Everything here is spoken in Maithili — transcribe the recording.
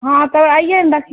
हँ तऽ अइए ने